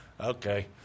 okay